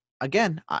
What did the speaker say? again